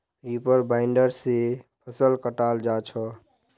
reaper binder से फसल कटाल जा छ